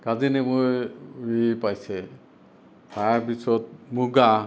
কাজী নেমুই ই পাইছে তাৰপিছত মুগা